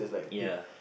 ya